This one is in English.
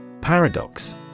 Paradox